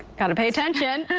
got to pay attention.